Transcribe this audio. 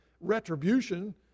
retribution